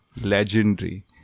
Legendary